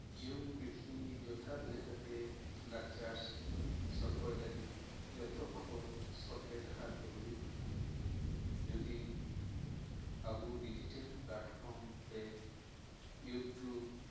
ᱡᱤᱭᱚᱱ ᱯᱤᱲᱦᱤ ᱡᱚᱛᱷᱟᱛ ᱞᱮᱠᱟᱛᱮ ᱞᱟᱠᱪᱟᱨ ᱥᱚᱨᱜᱚᱭ ᱞᱟᱹᱜᱤᱜ ᱡᱚᱛᱚᱠᱷᱚᱱ ᱥᱚᱞᱦᱮ ᱰᱟᱦᱟᱨ ᱫᱚ ᱦᱩᱭᱩᱜ ᱠᱟᱱᱟ ᱡᱚᱫᱤ ᱟᱵᱚ ᱰᱤᱡᱤᱴᱟᱞ ᱯᱞᱟᱴᱯᱷᱚᱨᱢ ᱨᱮ ᱤᱭᱩᱴᱤᱭᱩᱵᱽ